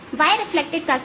yreflected का क्या